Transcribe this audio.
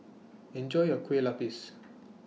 Enjoy your Kueh Lopes